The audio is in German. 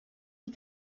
die